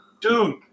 dude